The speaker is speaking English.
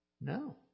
No